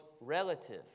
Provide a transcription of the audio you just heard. relative